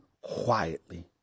quietly